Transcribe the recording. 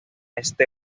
este